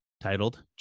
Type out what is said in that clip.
titled